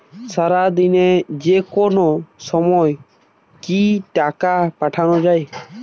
সারাদিনে যেকোনো সময় কি টাকা পাঠানো য়ায়?